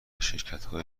شرکتهایی